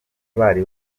bari